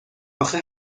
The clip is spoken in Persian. آخه